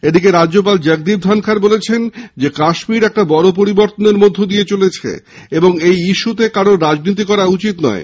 এদিকে রাজ্যপাল জগদীপ ধনখড় বলেছেনকাশ্মীর এক বড় পরিবর্তনের মধ্য দিয়ে যাচ্ছে এবং এই ইস্যুতে কারোর রাজনীতি করা উচিত নয়